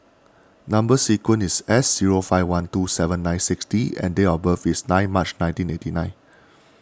Number Sequence is S zero five one two seven nine six D and date of birth is nine March nineteen eighty nine